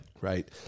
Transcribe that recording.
Right